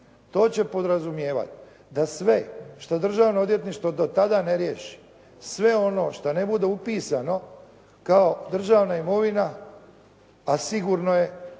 To će podrazumijevat da sve što državno odvjetništvo do tada ne riješi, sve ono što ne bude upisano kao državna imovina, a sigurno je